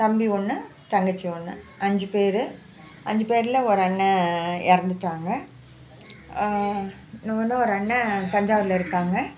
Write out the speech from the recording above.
தம்பி ஒன்று தங்கச்சி ஒன்று அஞ்சு பேர் அஞ்சு பேரில் ஒரு அண்ணன் இறந்துட்டாங்க இன்னும் வந்து ஒரு அண்ணன் தஞ்சாவூரில் இருக்காங்க